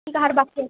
କି କାହାର ବାକି ଅଛି